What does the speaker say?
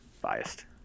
biased